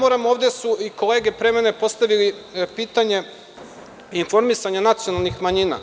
Ovde su i kolege pre mene postavile pitanje informisanja nacionalnih manjina.